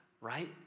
right